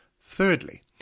Thirdly